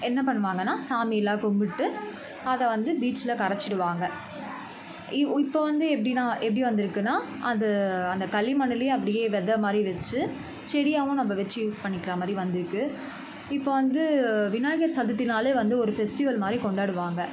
என்ன பண்ணுவாங்கனால் சாமியெலாம் கும்பிட்டு அதை வந்து பீச்ல கரைச்சிடுவாங்கள் இவ் உ இப்போ வந்து எப்படின்னா எப்படி வந்திருக்குன்னா அது அந்த களிமண்ணுலேயே அப்படியே வித மாதிரி வச்சு செடியாகவும் நம்ம வச்சு யூஸ் பண்ணிக்கிற மாதிரி வந்திருக்கு இப்போ வந்து விநாயகர் சதுர்த்தின்னாலே வந்து ஒரு ஃபெஸ்டிவல் மாதிரி கொண்டாடுவாங்கள்